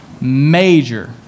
major